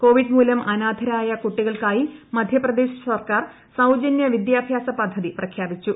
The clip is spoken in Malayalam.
കോവിഡ് മൂലം അനാഥരായ കുട്ടികൾക്കായി മധ്യപ്രദേശ് സർക്കാർ സൌജന്യ വിദ്യാഭ്യാസ പദ്ധതി പ്രഖ്യാപിച്ചു